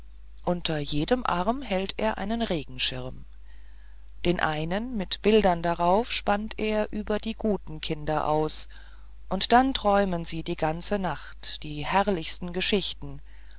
unter jedem arm hält er einen regenschirm den einen mit bildern darauf spannt er über die guten kinder aus und dann träumen sie die ganze nacht die herrlichsten geschichten